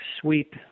sweep